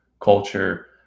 culture